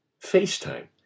FaceTime